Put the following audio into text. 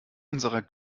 unserer